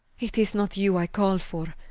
it is not you i call for,